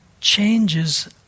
changes